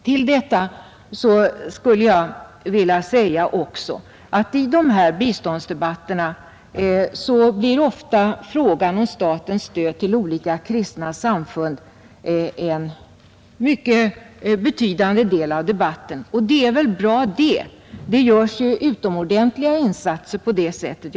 Till detta skulle jag vilja tillägga att-i biståndsdebatterna frågan om statens stöd till olika kristna samfund ofta utgör en mycket betydande del av debatten. Och det är bra — det görs utomordentliga insatser på det sättet.